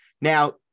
Now